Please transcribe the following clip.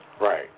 right